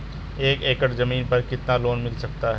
एक एकड़ जमीन पर कितना लोन मिल सकता है?